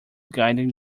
guided